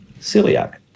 celiac